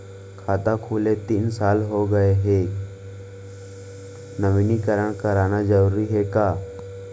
खाता खुले तीन साल हो गया गये हे नवीनीकरण कराना जरूरी हे का?